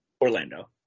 Orlando